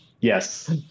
Yes